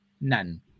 None